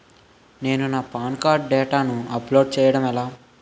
నేను నా PAN card డేటాను అప్లోడ్ చేయడం ఎలా?